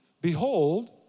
behold